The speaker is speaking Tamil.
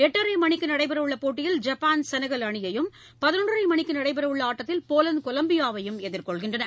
எட்டரை மணிக்கு நடைபெறவுள்ள போட்டியில் ஜப்பான் செனகல் அணியையும் பதினொன்றரை மணிக்கு நடைபெறவுள்ள ஆட்டத்தில் போலந்து கொலம்பியாவையும் எதிர்கொள்கின்றன